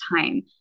time